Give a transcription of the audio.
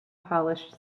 polished